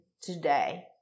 today